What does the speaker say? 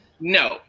No